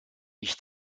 ich